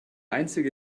einzige